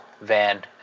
van